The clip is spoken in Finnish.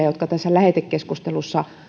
jotka tässä lähetekeskustelussa